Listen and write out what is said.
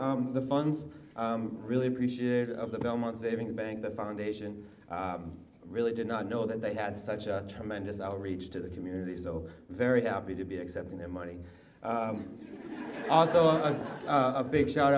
the funds really appreciate of the belmont savings bank the foundation really did not know that they had such a tremendous outreach to the community so very happy to be accepting their money also on a big shout